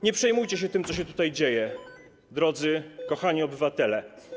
Nie przejmujcie się tym, co się tutaj dzieje, drodzy, kochani obywatele.